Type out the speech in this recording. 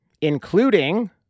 including